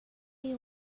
you